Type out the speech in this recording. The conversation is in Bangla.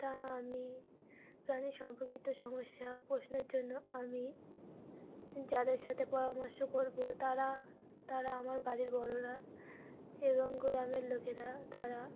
তা আমি প্রাণী সম্পর্কিত সমস্যা প্রশ্নের জন্য আমি যাদের সাথে পরামর্শ করবো তারা তারা আমার বাড়ির বড়রা এবং গ্রামের লোকেরা তারা